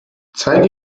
zwei